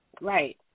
right